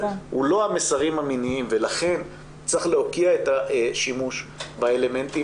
הוא שלא המסרים המיניים ולכן צריך להוקיע את השימוש באלמנטים